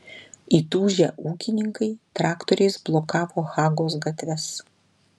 įtūžę ūkininkai traktoriais blokavo hagos gatves